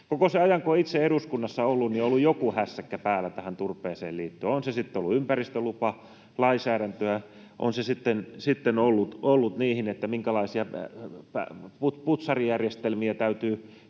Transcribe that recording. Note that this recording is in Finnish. Koko sen ajan, kun olen itse eduskunnassa ollut, niin on ollut joku hässäkkä päällä tähän turpeeseen liittyen — on se sitten ollut ympäristölupa, lainsäädäntöä, on se sitten ollut sitä, minkälaisia putsarijärjestelmiä täytyy